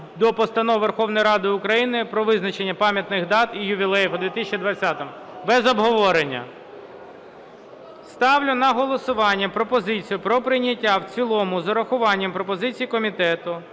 до Постанови Верховної Ради України "Про відзначення пам’ятних дат і ювілеїв у 2020 році". Без обговорення. Ставлю на голосування пропозицію про прийняття в цілому з урахуванням пропозицій комітету